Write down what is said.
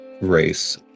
race